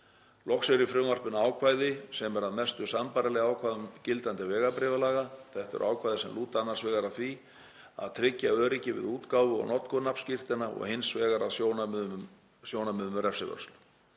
Loks eru í frumvarpinu ákvæði sem eru að mestu sambærileg ákvæðum gildandi vegabréfalaga. Þetta eru ákvæði sem lúta annars vegar að því að tryggja öryggi við útgáfu og notkun nafnskírteina og hins vegar að sjónarmiðum um refsivörslu.